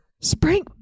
Spring